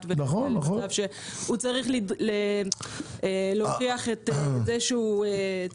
ולהגיע למצב שהוא צריך להוכיח את זה שהוא צודק.